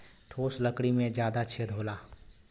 ठोस लकड़ी में जादा छेद होला